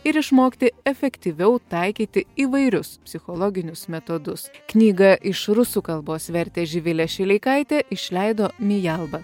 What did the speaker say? ir išmokti efektyviau taikyti įvairius psichologinius metodus knygą iš rusų kalbos vertė živilė šileikaitė išleido mialba